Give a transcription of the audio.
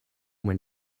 when